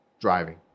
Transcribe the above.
driving